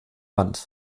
wand